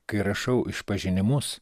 kai rašau išpažinimus